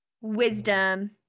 Wisdom